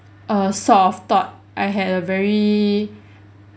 err sort of thought I had a very